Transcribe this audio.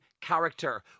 character